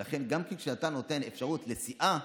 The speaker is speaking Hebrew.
ולכן, גם כשאתה נותן אפשרות לסיעה,